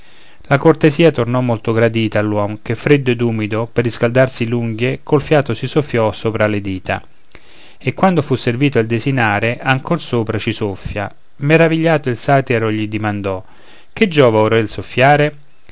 la cortesia tornò molto gradita all'uom che freddo ed umido per riscaldarsi l'unghie col fiato si soffiò sopra le dita e quando fu servito il desinare ancor sopra ci soffia meravigliato il satiro gli dimandò che giova ora il soffiare